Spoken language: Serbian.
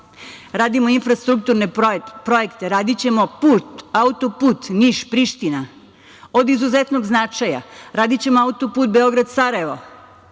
Radimo infrastrukturne projekte, radićemo auto-put Niš-Priština, od izuzetnog značaja. Radićemo auto-put Beograd-Sarajevo.